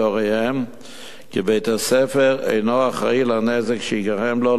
הוריהם כי בית-הספר אינו אחראי לנזק שייגרם לו,